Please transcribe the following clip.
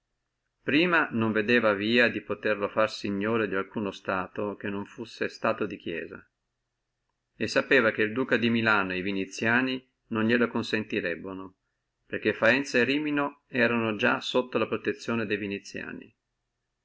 prima non vedeva via di poterlo fare signore di alcuno stato che non fussi stato di chiesia e volgendosi a tòrre quello della chiesia sapeva che el duca di milano e viniziani non gnene consentirebbano perché faenza e rimino erano di già sotto la protezione de viniziani